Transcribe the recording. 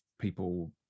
people